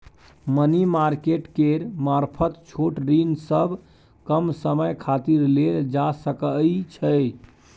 money market केर मारफत छोट ऋण सब कम समय खातिर लेल जा सकइ छै